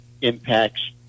impacts